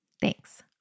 Thanks